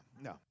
no